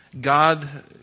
God